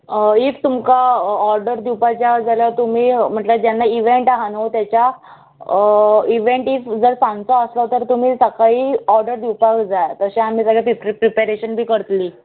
if तुमकां order दिवपाचे हा जाल्यार तुमी म्हटल्यार जेन्ना इवेंट आहा न्हू तेच्या इवेंट इफ जर सांजचो आसलो तर तुमी सकाळीं ऑर्डर दिवपाक जाय तशें आमी सगळें प्रिप्री प्रिपेरेशन बी करतलीं